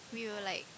we were like